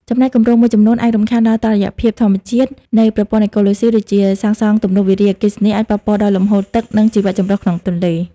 ចំណែកគម្រោងមួយចំនួនអាចរំខានដល់តុល្យភាពធម្មជាតិនៃប្រព័ន្ធអេកូឡូស៊ី ដូចជាការសាងសង់ទំនប់វារីអគ្គិសនីអាចប៉ះពាល់ដល់លំហូរទឹក និងជីវចម្រុះក្នុងទន្លេ។